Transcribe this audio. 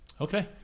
Okay